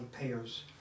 payers